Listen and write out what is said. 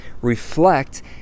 reflect